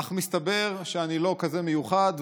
אך מסתבר שאני לא כזה מיוחד,